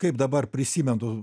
kaip dabar prisimenu